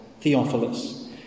Theophilus